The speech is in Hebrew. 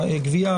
והגבייה.